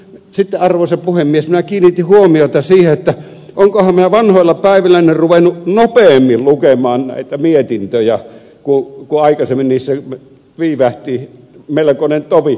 sitten arvoisa puhemies minä kiinnitin huomiota siihen olenkohan minä vanhoilla päivilläni ruvennut nopeammin lukemaan näitä mietintöjä kun aikaisemmin niissä viivähti melkoinen tovi